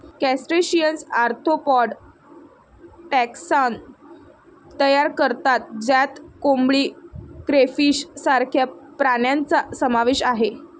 crustaceans arthropod taxon तयार करतात ज्यात कोळंबी, क्रेफिश सारख्या प्राण्यांचा समावेश आहे